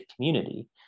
community